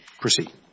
Proceed